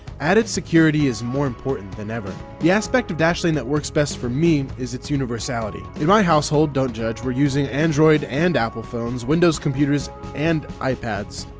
added security is more important than ever. the aspect of dashlane that works best for me is its universality. in my household we're using android and apple phones, windows computers, and ipads.